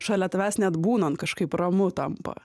šalia tavęs net būnant kažkaip ramu tampa